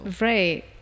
Right